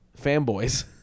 fanboys